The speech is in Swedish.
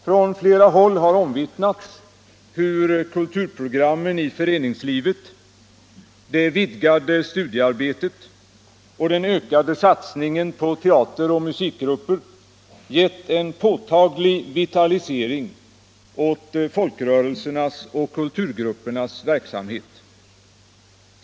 Från flera håll har omvittnats hur kulturprogrammen i föreningslivet, det vidgade studiearbetet och den ökäde satsningen på teateroch musikgrupper gett en påtaglig vitalisering åt folkrörelsernas och kulturgruppernas verksamhet.